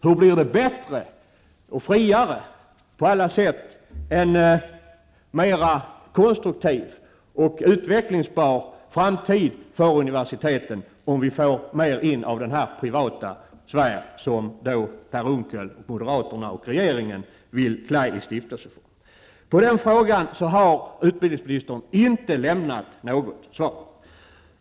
Hur blir det bättre och friare på alla sätt, en mera konstruktiv och utvecklingsbar framtid för universiteten, om de får in mer av den privata sfär som Per Unckel, moderaterna och regeringen vill föra in i stiftelserna? På den frågan har utbildningsministern inte lämnat något svar.